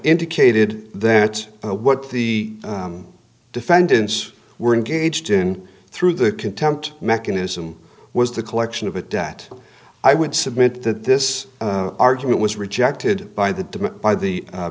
indicated that what the defendants were engaged in through the contempt mechanism was the collection of a debt i would submit that this argument was rejected by the by the